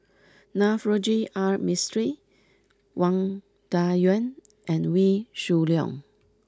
Navroji R Mistri Wang Dayuan and Wee Shoo Leong